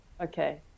Okay